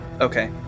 Okay